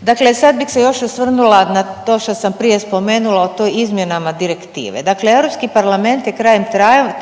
Dakle, sad bih se još osvrnula na to što sam prije spomenula o toj izmjenama direktive. Dakle, Europski parlament je krajem